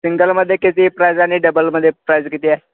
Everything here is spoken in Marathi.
सिंगलमध्ये किती प्राईज आणि डबलमध्ये प्राईज किती आहे